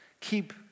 keep